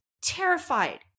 terrified